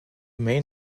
main